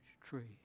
tree